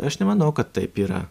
aš nemanau kad taip yra